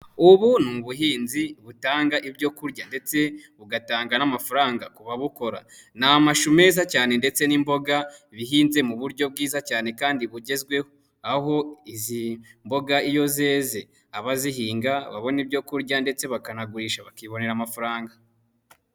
Ubu ni ubuhinzi butanga ibyo kurya ndetse bugatanga n'amafaranga ku babukora, ni amashu meza cyane ndetse n'imboga, bihinze mu buryo bwiza cyane kandi bugezweho, aho izi mboga iyo zeze abazihinga babona ibyo kurya ndetse bakanagurisha bakibonera amafaranga.